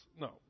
No